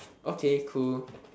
okay cool